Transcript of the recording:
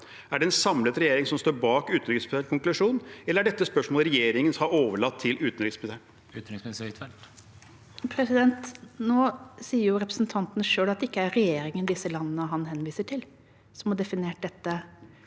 Er det en samlet regjering som står bak utenriksministerens konklusjon, eller er dette spørsmål regjeringen har overlatt til utenriksministeren? Utenriksminister Anniken Huitfeldt Nå sier jo representanten selv at det ikke er regjeringen i disse landene han henviser til, som har definert dette